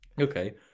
Okay